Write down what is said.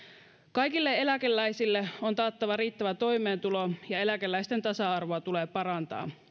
kaikille eläkeläisille on taattava riittävä toimeentulo ja eläkeläisten tasa arvoa tulee parantaa